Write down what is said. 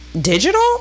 digital